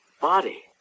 body